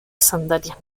sandalias